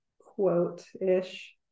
quote-ish